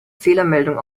fehlermeldung